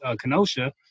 Kenosha